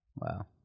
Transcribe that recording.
Wow